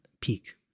peak